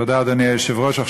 תודה, אדוני היושב-ראש.